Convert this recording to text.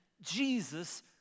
Jesus